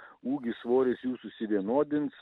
ūgis svoris jų susivienodins